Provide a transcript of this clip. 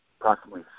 approximately